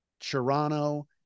Toronto